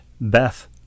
Beth